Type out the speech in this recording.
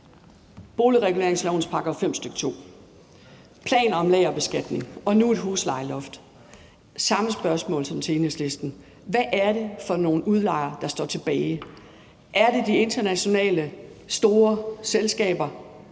Boligreguleringslovens § 5, stk. 2, planer om lagerbeskatning og nu et huslejeloft. Jeg stiller det samme spørgsmål, som jeg gjorde til Enhedslisten: Hvad er det for nogle udlejere, der står tilbage? Er det de internationale store selskaber,